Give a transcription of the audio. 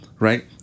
right